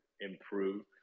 improve